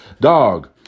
dog